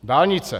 Dálnice.